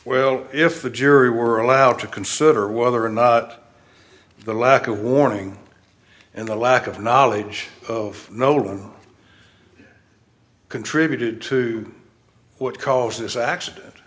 well if the jury were allowed to consider whether or not the lack of warning and the lack of knowledge of no contributed to what caused this accident